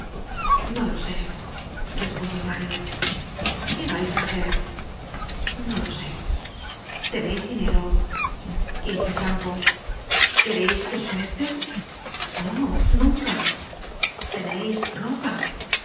no lo sé respondió mario qué vais á ser no lo sé teneis dinero quince francos quereis que os preste no nunca teneis ropa